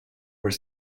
were